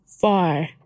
far